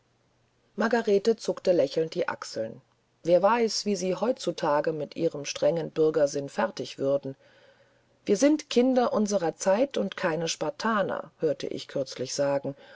margarete zuckte lächelnd die achseln wer weiß wie sie heutzutage mit ihrem strengen bürgersinn fertig würden wir sind kinder unserer zeit und keine spartaner hörte ich kürzlich sagen